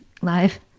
live